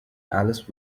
alice